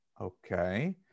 Okay